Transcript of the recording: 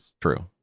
True